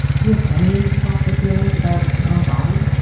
do you have any thoughts or feelings about your own body?